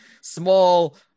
small